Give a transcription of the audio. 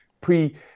pre